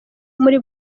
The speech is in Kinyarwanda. muri